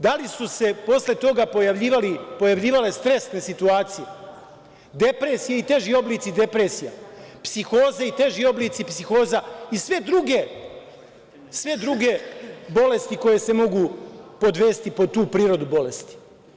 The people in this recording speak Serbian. Da li su se posle toga pojavljivale stresne situacije, depresije i teži oblici depresije, psihoze i teži oblici psihoze i sve druge bolesti koje se mogu podvesti pod tu prirodu bolesti?